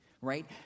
right